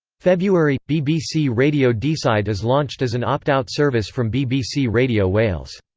february bbc radio deeside is launched as an opt-out service from bbc radio wales.